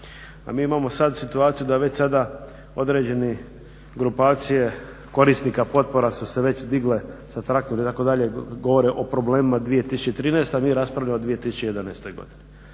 mi imamo sad situaciju da već sada određene grupacije korisnika potpora su se već digle sa … itd., govore o problemima 2013., mi raspravljamo o 2011. godini.